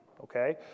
okay